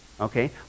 Okay